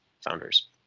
Founders